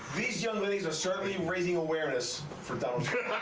these young ladies are certainly raising awareness for donald